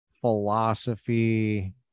philosophy